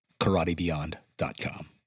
KarateBeyond.com